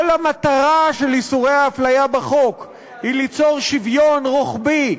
כל המטרה של איסורי ההפליה בחוק היא ליצור שוויון רוחבי,